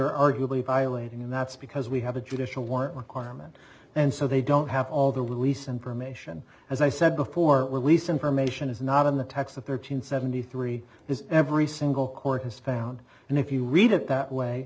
we're arguably violating and that's because we have a judicial warrant requirement and so they don't have all the release information as i said before release information is not in the text of their two hundred seventy three is every single court has found and if you read it that way